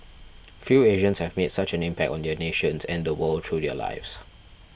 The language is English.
few Asians have made such an impact on their nations and the world through their lives